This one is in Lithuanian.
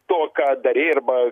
to ką darei arba